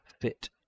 Fit